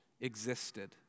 existed